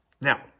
Now